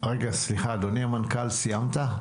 אדוני מנכ"ל הפול, סיימת?